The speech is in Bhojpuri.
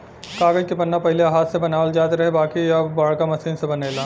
कागज के पन्ना पहिले हाथ से बनावल जात रहे बाकिर अब बाड़का मशीन से बनेला